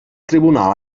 tribunal